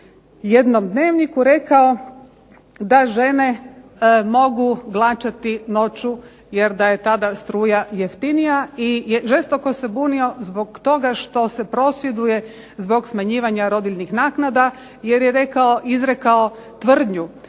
jednom dnevniku rekao da žene mogu glačati noću jer da je tada struja jeftinija i žestoko se bunio zbog toga što se prosvjeduje zbog smanjivanja rodiljnih naknada jer je rekao, izrekao tvrdnju